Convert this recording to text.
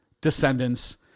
Descendants